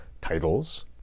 Titles